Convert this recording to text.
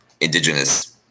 indigenous